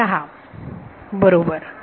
स्वतः बरोबर